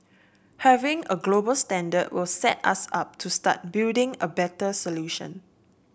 having a global standard will set us up to start building a better solution